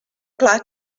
clar